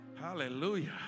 Hallelujah